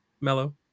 mellow